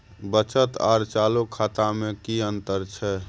बचत आर चालू खाता में कि अतंर छै?